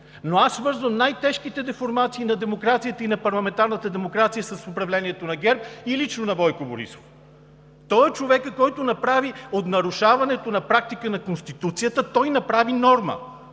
Аз свързвам най-тежките деформации на демокрацията и на парламентарната демокрация с управлението на ГЕРБ и лично на Бойко Борисов. Той е човекът, който от нарушаването на практика на Конституцията направи норма!